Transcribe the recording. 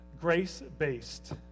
Grace-based